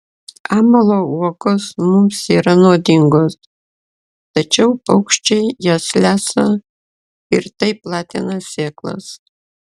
amalo uogos mums yra nuodingos tačiau paukščiai jas lesa ir taip platina sėklas